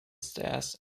stairs